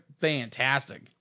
fantastic